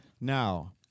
Now